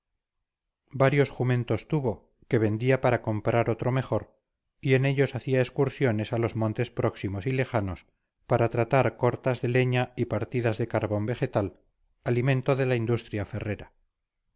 varios jumentos tuvo que vendía para comprar otro mejor y en ellos hacía excursiones a los montes próximos y lejanos para tratar cortas de leña y partidas de carbón vegetal alimento de la industria ferrera